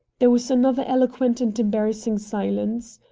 there was another eloquent and embarrassing silence.